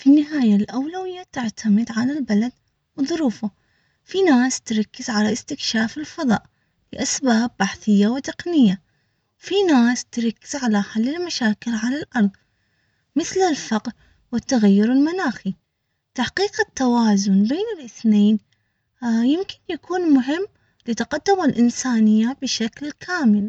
في النهاية الاولوية تعتمد على البلد وظروفه في ناس تركز على استكشاف الفضاء لاسباب بحثية وتقنية في ناس تريد تسعى لحل المشاكل على الارض مثل الفقر والتغير المناخي تحقيق التوازن بين الاثنين يمكن يكون مهم لتقدم الانسانية بشكل كامل.